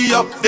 up